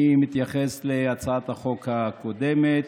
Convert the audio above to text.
אני מתייחס להצעת החוק הקודמת,